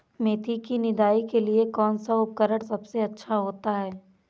मेथी की निदाई के लिए कौन सा उपकरण सबसे अच्छा होता है?